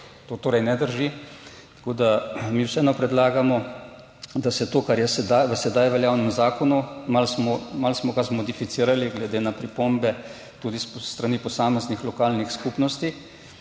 To torej ne drži. Mi vseeno predlagamo, da se to, kar je v sedaj veljavnem zakonu, malo smo ga zmodificirali glede na pripombe tudi s strani posameznih lokalnih skupnosti,